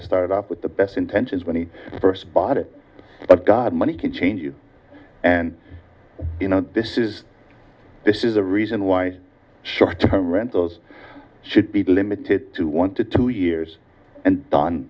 have started off with the best intentions when he first bought it but god money can change you and you know this is this is the reason why short term rentals should be limited to want to two years and don